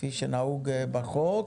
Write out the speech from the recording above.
כפי שנהוג בחוק.